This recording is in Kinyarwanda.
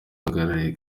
uhagarariye